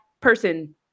person